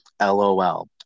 LOL